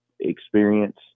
experience